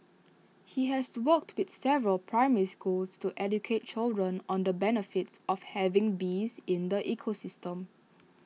he has worked with several primary schools to educate children on the benefits of having bees in the ecosystem